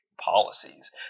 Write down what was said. policies